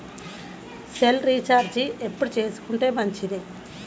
Cell recharge ఎప్పుడు చేసుకొంటే మంచిది?